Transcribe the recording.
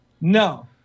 No